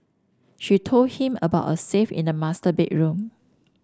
she told him about a safe in the master bedroom